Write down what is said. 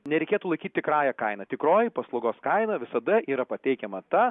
nereikėtų laikyti tikrąja kaina tikroji paslaugos kaina visada yra pateikiama ta